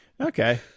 Okay